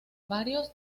varios